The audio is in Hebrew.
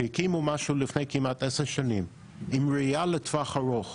שהקימו משהו לפני כמעט עשר שנים עם ראייה לטווח ארוך